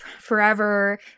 forever